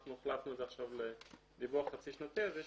אנחנו החלפנו את זה עכשיו לדיווח חצי-שנתי, אז יש